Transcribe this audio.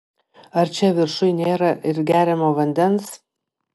ar čia viršuj nėra ir geriamo vandens